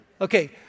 Okay